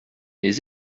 les